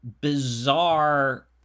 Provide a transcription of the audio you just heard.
bizarre